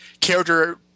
character